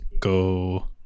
go